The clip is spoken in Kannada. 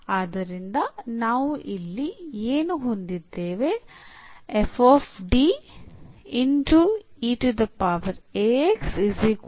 ಆದ್ದರಿಂದ ನಾವು ಇಲ್ಲಿ ಏನು ಹೊಂದಿದ್ದೇವೆ